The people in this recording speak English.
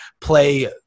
play